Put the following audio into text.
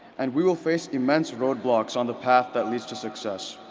and we will face immense roadblocks on the path that leads to success.